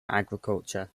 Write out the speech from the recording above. agriculture